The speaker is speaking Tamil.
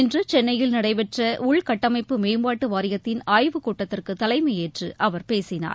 இன்று சென்னையில் நடைபெற்ற உள்கட்டமைப்பு மேம்பாட்டு வாரியத்தின் ஆய்வுக்கூட்டத்திற்கு தலைமையேற்று அவர் பேசினார்